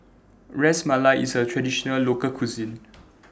Ras Malai IS A Traditional Local Cuisine